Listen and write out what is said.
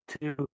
two